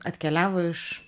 atkeliavo iš